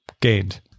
gained